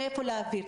מאיפה להעביר.